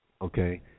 Okay